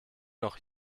noch